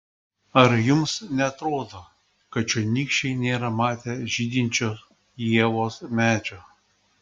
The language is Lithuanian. ar jums neatrodo kad čionykščiai nėra matę žydinčio ievos medžio